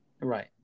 Right